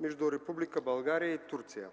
между Република България и Турция.